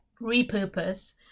repurpose